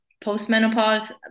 post-menopause